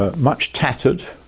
ah much tattered,